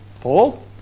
Paul